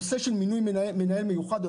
נושא של מינוי מנהל מיוחד,